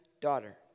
daughter